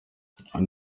hari